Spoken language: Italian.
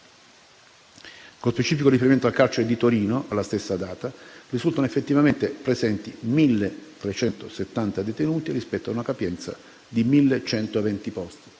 Con specifico riferimento al carcere di Torino, alla stessa data, risultano effettivamente presenti 1.370 detenuti, rispetto a una capienza regolamentare